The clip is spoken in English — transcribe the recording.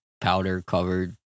powder-covered